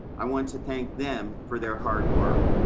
i want to thank them for their hard work.